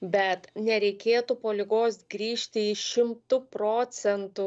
bet nereikėtų po ligos grįžti į šimtu procentu